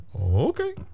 Okay